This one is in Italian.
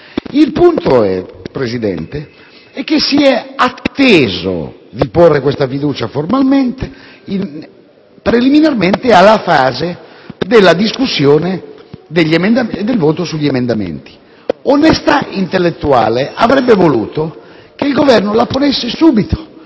Il punto è, signor Presidente, che si è atteso per porre la fiducia formalmente il momento preliminare alla fase della discussione e del voto sugli emendamenti. Onestà intellettuale avrebbe voluto che il Governo la ponesse subito,